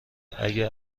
اگه